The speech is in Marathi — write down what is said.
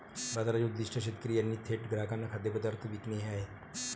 बाजाराचे उद्दीष्ट शेतकरी यांनी थेट ग्राहकांना खाद्यपदार्थ विकणे हे आहे